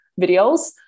videos